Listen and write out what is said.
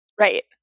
Right